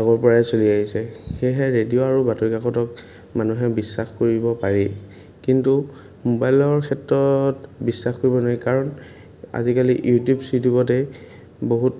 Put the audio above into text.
আগৰপৰাই চলি আহিছে সেয়েহে ৰেডিঅ' আৰু বাতৰিকাকতক মানুহে বিশ্বাস কৰিব পাৰি কিন্তু মোবাইলৰ ক্ষেত্ৰত বিশ্বাস কৰিব নোৱাৰি কাৰণ আজিকালি ইউটিউব চিউটিউবতেই বহুত